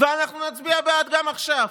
ואנחנו נצביע בעד גם עכשיו,